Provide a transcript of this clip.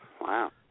Wow